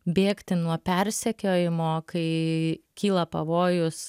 bėgti nuo persekiojimo kai kyla pavojus